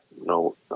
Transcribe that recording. No